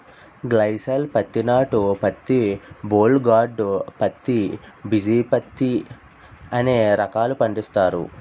గ్లైసాల్ పత్తి నాటు పత్తి బోల్ గార్డు పత్తి బిజీ పత్తి అనే రకాలు పండిస్తారు